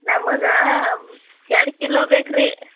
ನಮಗೆ ಎರಡು kilo bakery